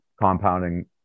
compounding